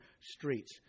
streets